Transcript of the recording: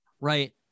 right